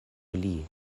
pli